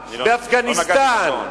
באפגניסטן,